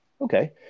okay